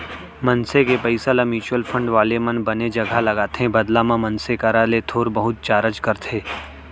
मनसे के पइसा ल म्युचुअल फंड वाले मन बने जघा लगाथे बदला म मनसे करा ले थोर बहुत चारज करथे